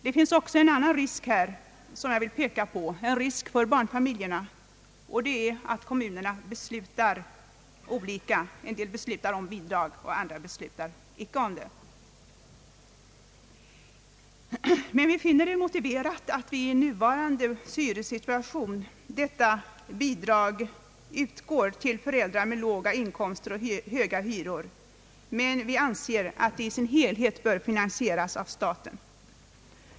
Det finns också en risk för barnfamiljerna ati olika kommuner beslutar tilldela olika stora bidrag. Vi finner det dock motiverat att detta bidrag i nuvarande hyressituation utgår till föräldrar med låg inkomst och hög hyra, men det bör i sin helhet finansieras av staten.